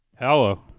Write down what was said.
Hello